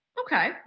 okay